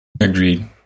Agreed